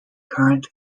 current